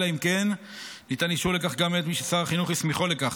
אלא אם כן ניתן אישור לכך גם מאת מי ששר החינוך הסמיכו לכך.